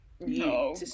No